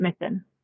Mission